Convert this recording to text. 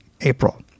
April